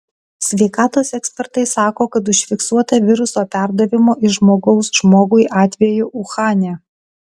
sveikatos ekspertai sako kad užfiksuota viruso perdavimo iš žmogaus žmogui atvejų uhane